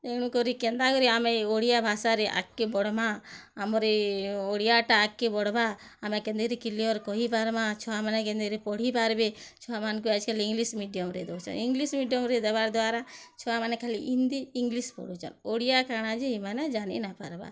ତେଣୁ କରି କେନ୍ତା କରି ଆମେ ଓଡ଼ିଆ ଭାଷାରେ ଆଗକେ ବଢ଼ମା ଆମର ଏ ଓଡ଼ିଆଟା ଆଗକେ ବଢ଼ବା ଆମେ କେନ୍ତି କିରି କ୍ଲିୟର୍ କହିପାରମା ଛୁଆମାନେ କେନ୍ତି କିରି ପଢ଼ିପାରବେ ଛୁଆମାନଙ୍କୁ ଆଜିକାଲି ଇଂଲିଶ୍ ମିଡ଼ିୟମ୍ରେ ଦେଉଛନ୍ ଇଂଲିଶ୍ ମିଡ଼ିୟମ୍ରେ ଦେବାର୍ ଦ୍ୱାରା ଛୁଆମାନେ ଖାଲି ହିନ୍ଦୀ ଇଂଲିଶ୍ ପଢ଼ୁଛନ୍ ଓଡ଼ିଆ କାଣା ଯେ ଏମାନେ ଜାଣି ନାହିଁ ପାରବା